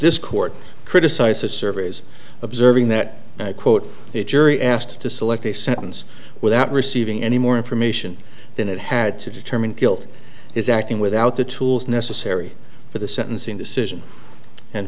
this court criticizes surveys observing that quote the jury asked to select a sentence without receiving any more information than it had to determine guilt is acting without the tools necessary for the sentencing decision and